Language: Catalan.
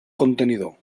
contenidor